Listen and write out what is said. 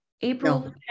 April